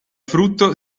frutto